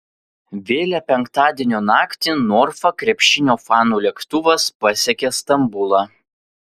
vėlią penktadienio naktį norfa krepšinio fanų lėktuvas pasiekė stambulą